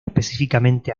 específicamente